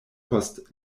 post